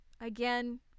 Again